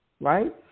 right